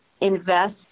invest